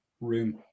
room